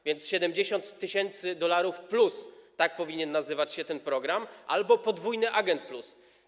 A więc „70 tys. dolarów plus” - tak powinien się nazywać ten program - albo „podwójny agent plus”